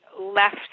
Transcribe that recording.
left